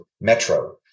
Metro